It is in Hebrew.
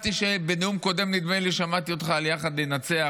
בנאום קודם נדמה לי ששמעתי אותך "ביחד ננצח".